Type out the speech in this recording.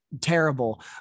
terrible